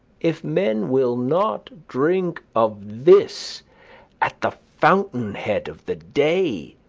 if men will not drink of this at the fountainhead of the day,